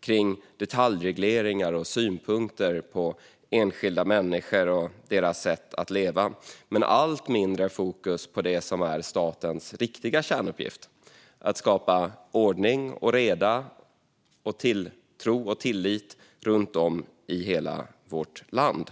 kring detaljregleringar och synpunkter på enskilda människor och deras sätt att leva men allt mindre fokus på det som är statens riktiga kärnuppgift, nämligen att skapa ordning och reda, tilltro och tillit runt om i hela vårt land.